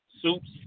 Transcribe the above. soups